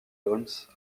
holmes